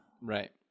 Right